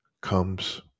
comes